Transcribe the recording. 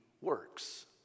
works